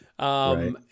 right